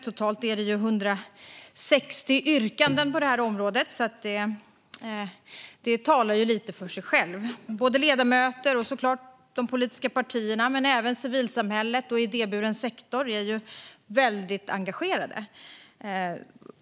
Totalt är det 160 yrkanden på området, vilket talar för sig självt. Både ledamöter och, såklart, de politiska partierna men även civilsamhället och den idéburna sektorn är väldigt engagerade.